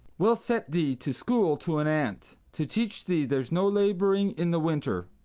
we'll set thee to school to an ant, to teach thee there's no labouring in the winter.